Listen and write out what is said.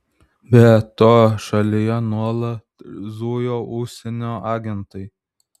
be to šalyje nuolat zujo užsienio agentai